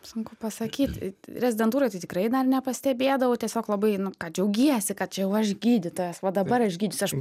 sunku pasakyt rezidentūroj tai tikrai dar nepastebėdavau tiesiog labai nu ką džiaugiesi kad čia jau aš gydytojas va dabar aš gydysiu aš